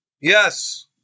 Yes